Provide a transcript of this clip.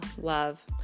love